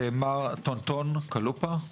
מר טונטון קלופה.